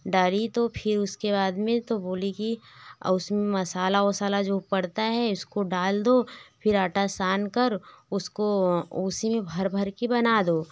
डारी तो फिर उसके बाद में तो बोली कि और उसमें मसाला वसाला जो पड़ता है उसको डाल दो फिर आटा सानकर उसको उसी में भर भर की बना दो